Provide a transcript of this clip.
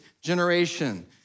generation